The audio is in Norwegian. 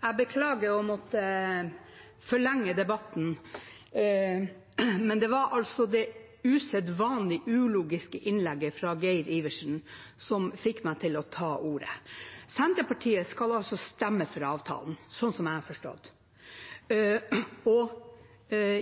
Jeg beklager å måtte forlenge debatten, men det var det usedvanlig ulogiske innlegget fra representanten Adelsten Iversen som fikk meg til å ta ordet. Senterpartiet skal stemme for avtalen, slik jeg har forstått det. Adelsten